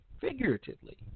figuratively